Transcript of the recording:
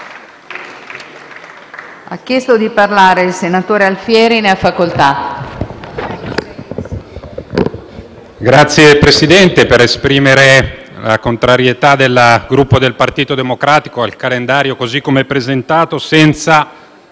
Signor Presidente, esprimo la contrarietà del Gruppo Partito Democratico al calendario così come presentato senza